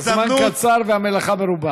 הזמן קצר והמלאכה מרובה.